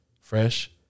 Fresh